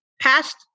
passed